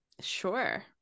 sure